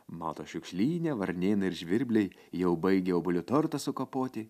mato šiukšlyne varnėnai ir žvirbliai jau baigia obuolių tortą sukapoti